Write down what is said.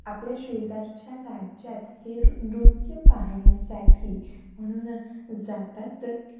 आपल्या शेजारच्या राज्यात हे नृत्य पाहण्यासाठी म्हणून जातात